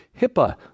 HIPAA